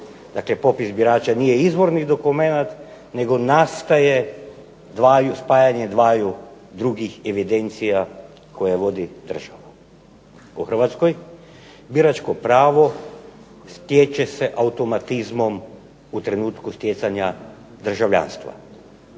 Dakle, popis birača nije izvorni dokument nego nastaje spajanjem dvaju drugih evidencija koja vodi država. U Hrvatskoj biračko pravo stječe se automatizmom u trenutku stjecanja državljanstva,